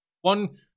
One